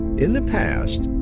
in the past,